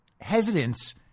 hesitance